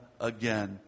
again